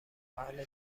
اهل